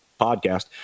podcast